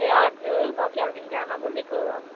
ए हजुर म क्याल्भिनको आमा बोलेको